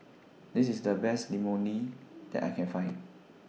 This IS The Best Imoni that I Can Find